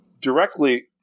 directly